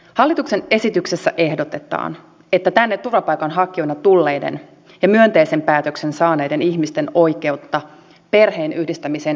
hallituksen esityksessä ehdotetaan että tänne turvapaikanhakijoina tulleiden ja myönteisen päätöksen saaneiden ihmisten oikeutta perheenyhdistämiseen rajoitetaan